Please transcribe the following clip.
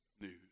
news